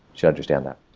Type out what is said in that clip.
should understand that.